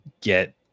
get